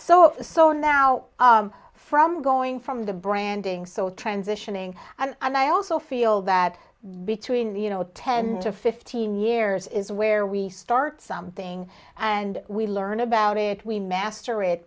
the so now from going from the branding so transitioning and i also feel that between the you know ten to fifteen years is where we start something and we learn about it we master it